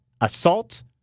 assault